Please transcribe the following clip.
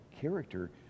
character